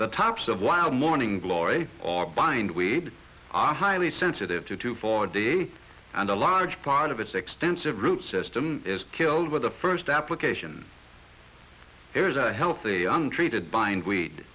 the tops of wild morning glory or bind weed are highly sensitive to two four day and a large part of its extensive root system is killed by the first application there is a healthy untreated bind weed